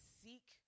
seek